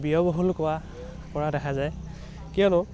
ব্যয়বহুল কোৱা পৰা দেখা যায় কিয়নো